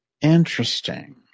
Interesting